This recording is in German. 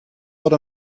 oder